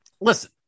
Listen